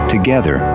Together